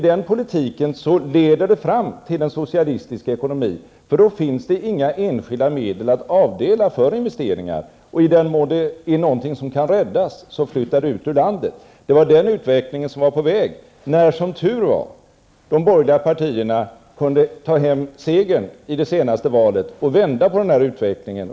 Den politiken leder fram till en socialistisk ekonomi, för då finns det inga enskilda medel att avdela till investeringar, och i den mån någonting kan räddas flyttar det ut ur landet. Det var den utvecklingen som var på väg när -- som tur var -- de borgerliga partierna kunde ta hem segern i det senaste valet och vända utvecklingen.